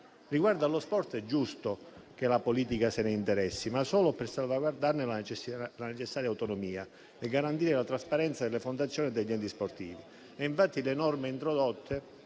Riguardo allo sport è giusto che la politica se ne interessi, ma solo per salvaguardarne la necessaria autonomia e garantire la trasparenza delle fondazioni e degli enti sportivi.